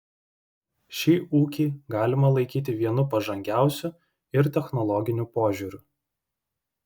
šį ūkį galima laikyti vienu pažangiausių ir technologiniu požiūriu